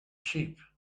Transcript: sheep